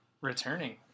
returning